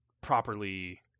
properly